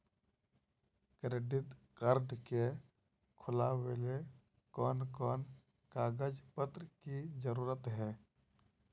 Credit card के खुलावेले कोन कोन कागज पत्र की जरूरत है?